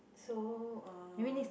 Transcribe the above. so uh